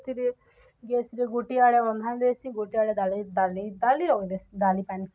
ସେଥିରେ ଗ୍ୟାସ୍ରେ ଗୋଟିଏ ଆଡ଼େ ଦେସି ଗୋଟିଏ ଆଡ଼େ ଡାଲି ଡାଲି ଡାଲି ର ଡାଲି ପାଣି